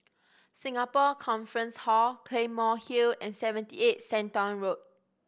Singapore Conference Hall Claymore Hill and Seventy Eight Shenton Way